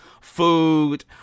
food